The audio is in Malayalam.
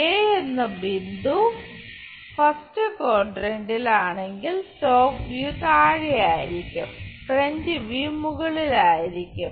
എ എന്ന ബിന്ദു ഫസ്റ്റ് ക്വാഡ്രന്റിൽ ആണെങ്കിൽ ടോപ് വ്യൂ താഴെയായിരിക്കും ഫ്രന്റ് വ്യൂ മുകളിൽ ആയിരിക്കും